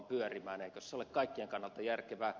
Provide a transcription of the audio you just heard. eikös se ole kaikkien kannalta järkevää